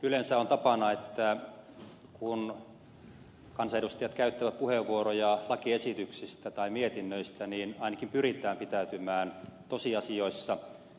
yleensä on tapana että kun kansanedustajat käyttävät puheenvuoroja lakiesityksistä tai mietinnöistä niin ainakin pyritään pitäytymään tosiasioissa